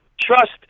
trust